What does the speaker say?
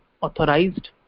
authorized